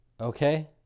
Okay